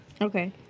Okay